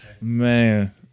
Man